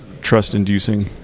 trust-inducing